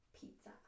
Pizza